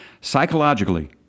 Psychologically